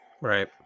Right